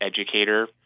educator